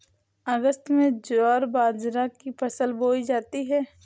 अगस्त में ज्वार बाजरा की फसल बोई जाती हैं